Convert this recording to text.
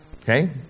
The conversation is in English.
okay